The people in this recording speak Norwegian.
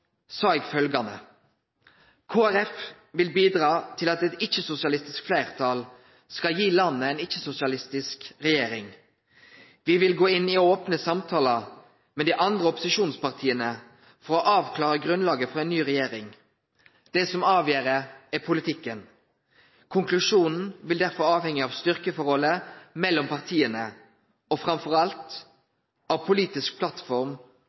sa eg følgjande: «KrF vil bidrage til at eit ikkje-sosialistisk fleirtal skal gi landet ei ikkje-sosialistisk regjering. Me vil gå inn i opne samtalar med dei andre opposisjonspartia for å avklare grunnlaget for ei ny regjering. Det som avgjer, er politikken. Konklusjonen vil derfor avhenge av styrkeforholdet mellom partia og framfor alt av politisk plattform